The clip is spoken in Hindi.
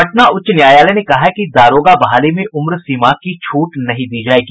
पटना उच्च न्यायालय ने कहा है कि दारोगा बहाली में उम्रसीमा की छूट नहीं दी जायेगी